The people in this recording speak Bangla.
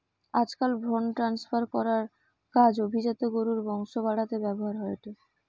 আজকাল ভ্রুন ট্রান্সফার করার কাজ অভিজাত গরুর বংশ বাড়াতে ব্যাভার হয়ঠে